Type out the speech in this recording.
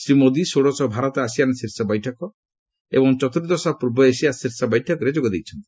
ଶ୍ରୀ ମୋଦୀ ଷୋଡ଼ଶ ଭାରତ ଆସିଆନ୍ ଶୀର୍ଷ ବୈଠକ ଏବଂ ଚତୁର୍ଦ୍ଦଶ ପୂର୍ବ ଏସିଆ ଶୀର୍ଷ ବୈଠକରେ ଯୋଗ ଦେଇଛନ୍ତି